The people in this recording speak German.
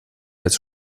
jetzt